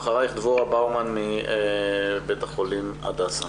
אחרייך דבורה באומן מביה"ח הדסה.